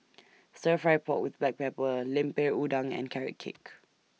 Stir Fry Pork with Black Pepper Lemper Udang and Carrot Cake